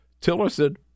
Tillerson